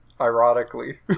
Ironically